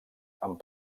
amb